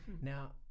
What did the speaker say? now